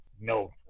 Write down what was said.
No